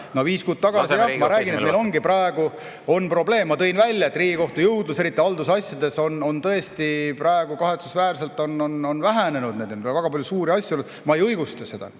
No viis kuud tagasi – ma räägingi, et meil ongi praegu probleem. Ma tõin välja, et Riigikohtu jõudlus, eriti haldusasjades, on tõesti kahetsusväärselt vähenenud. Väga palju suuri asju on. Ma ei õigusta seda,